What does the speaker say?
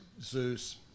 Zeus